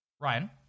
Ryan